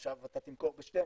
עכשיו תמכור ב-12,